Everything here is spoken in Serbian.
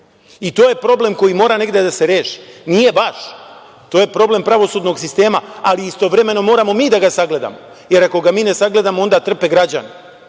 To je problem koji mora negde da se reši. Nije vaš, to je problem pravosudnog sistema, ali istovremeno moramo mi da ga sagledamo, jer ako ga mi ne sagledamo, onda trpe građani. Što